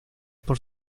por